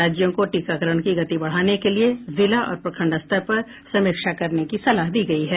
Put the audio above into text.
राज्यों को टीकाकरण की गति बढ़ाने के लिए जिला और प्रखण्ड स्तर पर समीक्षा करने की सलाह दी गई है